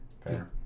Fair